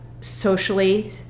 socially